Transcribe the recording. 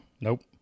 Nope